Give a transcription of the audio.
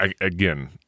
Again